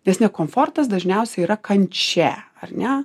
nes ne komfortas dažniausiai yra kančia ar ne